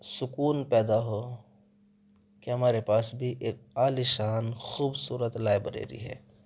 سکون پیدا ہو کہ ہمارے پاس بھی ایک عالیشان خوبصورت لائبریری ہے